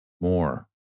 more